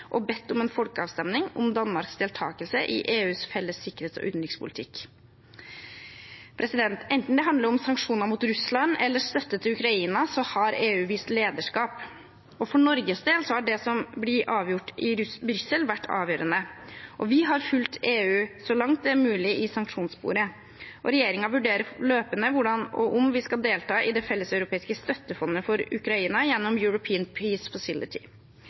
og bedt om en folkeavstemning om Danmarks deltakelse i EUs felles sikkerhets- og utenrikspolitikk. Enten det handler om sanksjoner mot Russland eller støtte til Ukraina, så har EU vist lederskap, og for Norges del har det som blir avgjort i Brussel, vært avgjørende. Vi har fulgt EU så langt det er mulig i sanksjonssporet, og regjeringen vurderer løpende hvordan og om vi skal delta i det felleseuropeiske støttefondet for Ukraina gjennom European